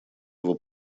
его